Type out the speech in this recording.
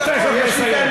הוא תכף מסיים.